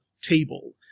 table